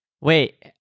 Wait